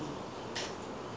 you go office